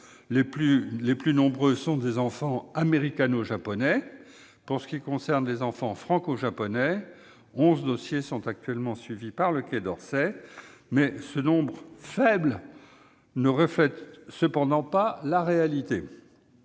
Les plus nombreux sont des enfants américano-japonais. Pour ce qui est des enfants franco-japonais, onze dossiers sont actuellement suivis par le Quai d'Orsay. Ce nombre relativement faible ne reflète cependant pas la réalité.